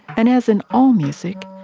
and as in all music,